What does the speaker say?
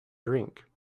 drink